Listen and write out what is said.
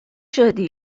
شدی